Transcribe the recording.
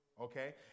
okay